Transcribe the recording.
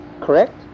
correct